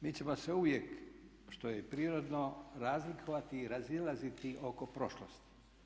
Mi ćemo se uvijek, što je i prirodno, razlikovati i razilaziti oko prošlosti.